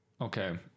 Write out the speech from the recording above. Okay